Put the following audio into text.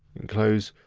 and close,